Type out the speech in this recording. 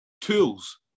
tools